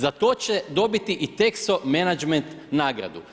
Za to će dobiti i Texo Managment nagradu.